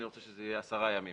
אני רוצה שזה יהיה 10 ימים